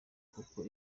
kuko